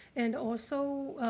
and also,